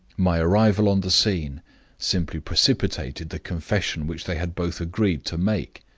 my arrival on the scene simply precipitated the confession which they had both agreed to make.